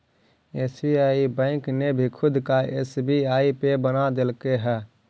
SBI bank ने भी खुद का एस.बी.आई पे बना देलकइ हे